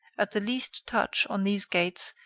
at the least touch on these gates,